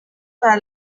para